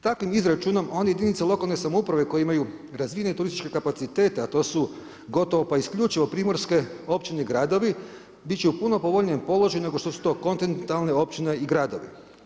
Takvim izračunom one jedinice lokalne samouprave koje imaju razvijene turističke kapacitete a to su gotovo pa isključivo primorske općine i gradovi, biti će u puno povoljnijem položaju nego što su to kontinentalna općina i gradovi.